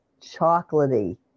chocolatey